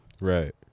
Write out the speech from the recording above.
Right